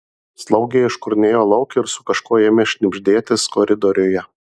slaugė iškurnėjo lauk ir su kažkuo ėmė šnibždėtis koridoriuje